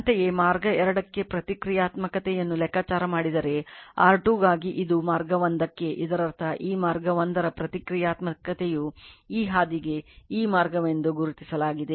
ಅಂತೆಯೇ ಮಾರ್ಗ 2 ಕ್ಕೆ ಪ್ರತಿಕ್ರಿಯಾತ್ಮಕತೆಯನ್ನು ಲೆಕ್ಕಾಚಾರ ಮಾಡಿದರೆ R2 ಗಾಗಿ ಇದು ಮಾರ್ಗ 1 ಕ್ಕೆ ಇದರರ್ಥ ಈ ಮಾರ್ಗ 1 ರ ಪ್ರತಿಕ್ರಿಯಾತ್ಮಕತೆಯು ಈ ಹಾದಿಗೆ ಈ ಮಾರ್ಗವೆಂದು ಗುರುತಿಸಲಾಗಿದೆ